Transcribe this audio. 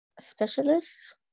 specialists